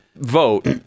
vote